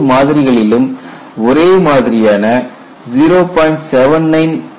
அனைத்து மாதிரிகளும் ஒரே மாதிரியான 0